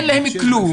אין להם כלום,